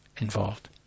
involved